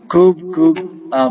ખુબ ખુબ આભાર